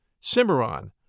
Cimarron